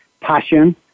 passion